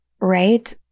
Right